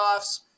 playoffs